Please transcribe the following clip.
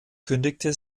kündigte